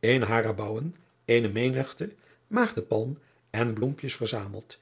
in haren bouwen eene menigte maagdepalm en bloempjes verzameld